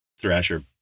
Thrasher